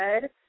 good